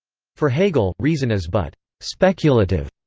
for hegel, reason is but speculative,